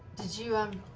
did you um